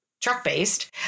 truck-based